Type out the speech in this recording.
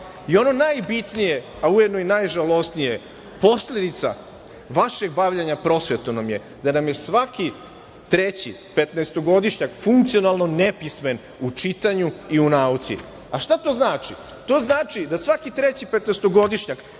najbitnije, a ujedno i najžalosnije, posledica vašeg bavljenja prosvetom nam je da nam je svaki treći petnaestogodišnjak funkcionalno nepismen u čitanju i u nauci. Šta to znači? To znači da svaki treći petnaestogodišnjak